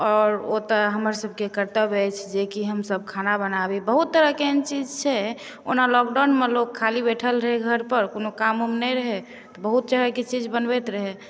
आओर ओतऽ हमरसभके कर्तव्य अछि जे की हमसभ खाना बनाबी बहुत तरहके एहन चीज़ छै ओना लॉकडाउनमे लोक ख़ाली बैठल रहै घर पर कोनो काम उम नहि रहै बहुत तरहके चीज़ बनबैत रहै